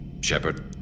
shepard